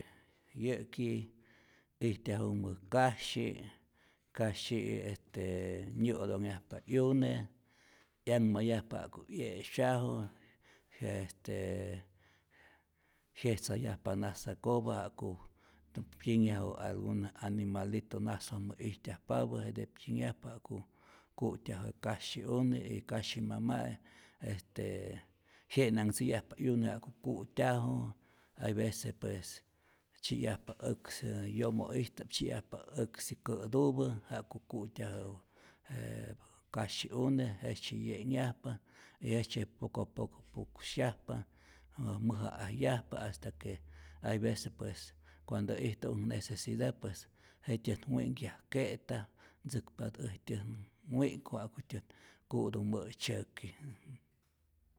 Yäki ijtyajumä kasyi, kasyi'i este nyä'otonhyajpa 'yune, 'yanhmayajpa ja'ku 'ye'syaju je este jyejtzayajpa nasakopa'k ja'ku pyinhyaju algun animalito nasojmä ijtyajpapä, jete pyinhyajpa ja'ku ku'tyaju je kasyi'une' y kasyi mama'i este jye'nanhtzi'yajpa 'yune ja'ku ku'tyaju, hay vece pues tzyi'yajpa äksi yomo'ista'p, tzyi'yajpa äksi kä'tupä ja'ku ku'tyaju je kasyi'une', jejtzye ye'nhyajpa y jejtzye poco apoco puksyajpa, jä mäja'ajyajpa hasta que hay veces pues cuando ijtu'äk necesidad pues jetyät wi'nhkyajke'ta, ntzäkpatät äjtyät wi'k'ku ja'kutyät nku'tu mä'tzyäki.